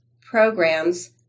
programs